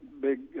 big